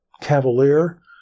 cavalier